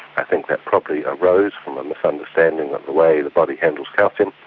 i think that probably arose from a misunderstanding of the way the body handles calcium.